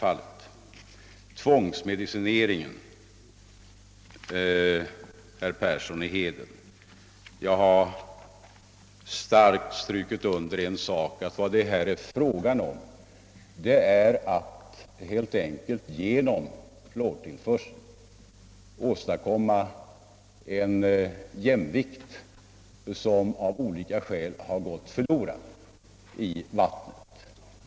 Vad beträffar tvångsmedicinering, herr Persson i Heden, har jag starkt un derstrukit att det här helt enkelt är fråga om att genom fluortillförsel åstadkomma en jämvikt som av olika skäl har gått förlorad i vattnet.